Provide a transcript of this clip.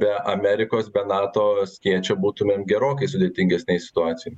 be amerikos be nato skėčio būtumėm gerokai sudėtingesnėj situacijoj